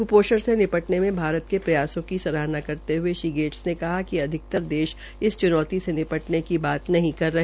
कृपोषण से निपटने में भारत के प्रयासों की सराहना करते हये श्री गेट्स ने कहा कि अधिकतर देश इस च्नौती से निपटने की बात नहीं कर रहे